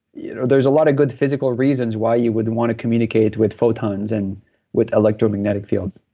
you know there's a lot of good physical reasons why you would want to communicate with photons and with electromagnetic fields.